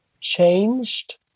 changed